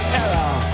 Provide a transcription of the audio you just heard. error